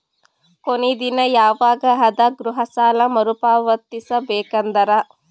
ಕೊನಿ ದಿನ ಯವಾಗ ಅದ ಗೃಹ ಸಾಲ ಮರು ಪಾವತಿಸಬೇಕಾದರ?